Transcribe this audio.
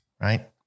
right